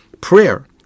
prayer